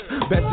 best